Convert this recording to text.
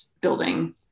building